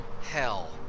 hell